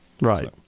Right